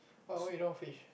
what why you don't want fish